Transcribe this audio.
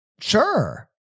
Sure